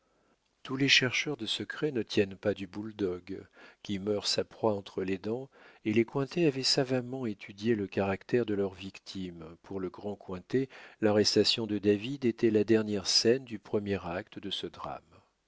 tous les chercheurs de secrets ne tiennent pas du boule dogue qui meurt sa proie entre les dents et les cointet avaient savamment étudié le caractère de leurs victimes pour le grand cointet l'arrestation de david était la dernière scène du premier acte de ce drame